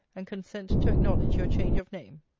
and consent to acknowledge your change of name.